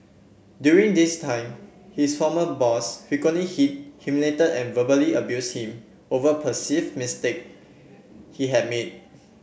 during this time his former boss frequently hit humiliated and verbally abuse him over perceived mistake he had made